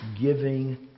giving